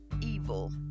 evil